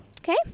Okay